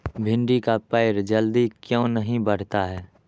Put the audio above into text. भिंडी का पेड़ जल्दी क्यों नहीं बढ़ता हैं?